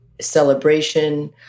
celebration